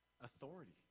authority